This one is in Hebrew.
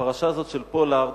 הפרשה הזאת של יונתן פולארד,